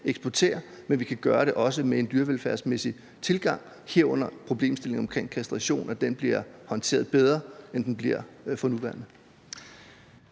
eksportere, men så vi også kan gøre det med en dyrevelfærdsmæssig tilgang, herunder til problemstillingen omkring kastration, så den bliver håndteret bedre, end den bliver for nuværende.